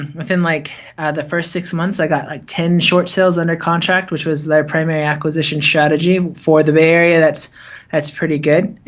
within like the first six months, i got like ten short sales under contract, which was their primary acquisition strategy, for the bay area, that's that's pretty good,